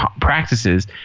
practices